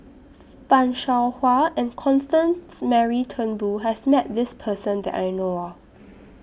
fan Shao Hua and Constance Mary Turnbull has Met This Person that I know of